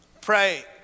pray